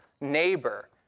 neighbor